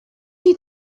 you